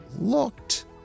looked